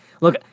look